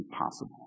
impossible